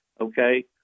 Okay